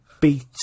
beat